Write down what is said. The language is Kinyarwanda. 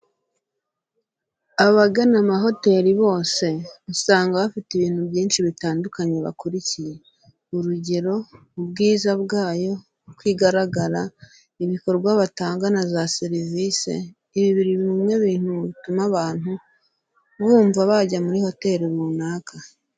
Abagana amahoteri bose usanga bafite ibintu byinshi bitandukanye bakurikiye. Urugero : ubwiza bwayo, uko igaragara, ibikorwa batanga na za serivisi. Ibi biri bimwe mu bintu bituma abantu bumva bajya muri hoteri rubaka.